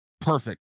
perfect